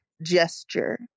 gesture